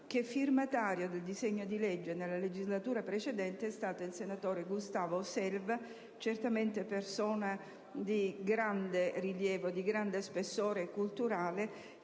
che firmatario del disegno di legge nella legislatura precedente è stato il senatore Gustavo Selva, certamente persona di grande rilievo e di grande spessore culturale,